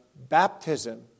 Baptism